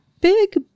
big